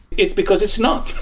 it's because it's not.